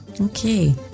Okay